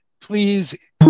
Please